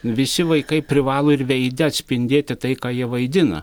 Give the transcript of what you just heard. visi vaikai privalo ir veide atspindėti tai ką jie vaidina